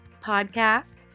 Podcast